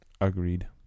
agreed